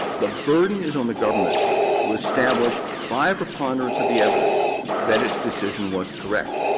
the burden is on the government to establish by a preponderance of the evidence that its decision was correct.